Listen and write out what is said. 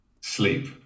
Sleep